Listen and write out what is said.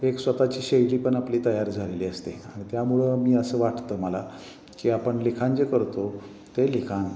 एक स्वतःची शैली पण आपली तयार झालेली असते आणि त्यामुळं मी असं वाटतं मला की आपण लिखाण जे करतो ते लिखाण